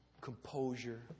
composure